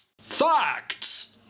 Facts